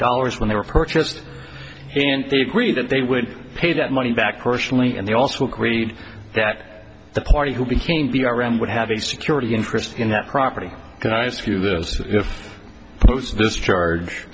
dollars when they were purchased and they agreed that they would pay that money back personally and they also agreed that the party who became the r m would have a security interest in that property can i ask you this if post this charge